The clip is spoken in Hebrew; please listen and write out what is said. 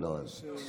לא,